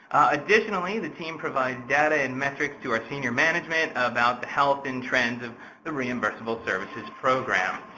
additionally, the team provides data and methods to our senior management about the health and trends of the reimbursable services program.